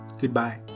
Goodbye